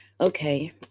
Okay